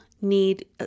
need